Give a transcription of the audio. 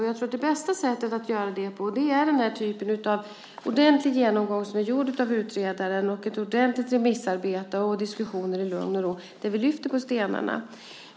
Jag tror att det bästa sättet att göra det på är den typ av ordentlig genomgång som är gjord av utredaren, ett ordentligt remissarbete och diskussioner i lugn och ro där vi lyfter på stenarna.